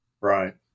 right